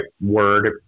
word